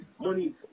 money